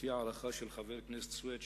לפי הערכה של חבר הכנסת סוייד,